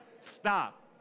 Stop